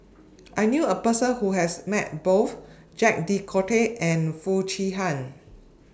I knew A Person Who has Met Both Jacques De Coutre and Foo Chee Han